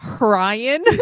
Ryan